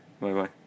Bye-bye